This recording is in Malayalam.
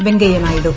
വെങ്കയ്യനായിഡു